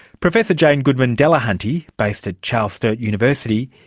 professor jane goodman-delahunty, based at charles sturt university,